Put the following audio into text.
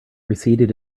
receded